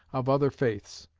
of other faiths.